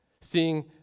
seeing